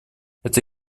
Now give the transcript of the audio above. это